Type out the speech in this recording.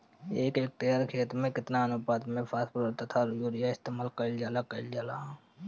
एक हेक्टयर खेत में केतना अनुपात में फासफोरस तथा यूरीया इस्तेमाल कईल जाला कईल जाला?